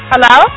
Hello